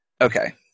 Okay